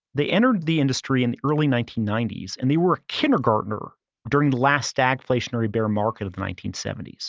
they entered the industry in the early nineteen ninety s and they were a kindergartener during the last stagflationary bear market of the nineteen seventy s.